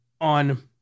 on